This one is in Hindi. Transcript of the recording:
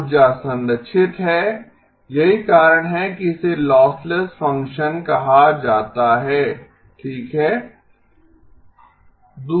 ऊर्जा संरक्षित है यही कारण है कि इसे लॉसलेस फंक्शन कहा जाता है ठीक है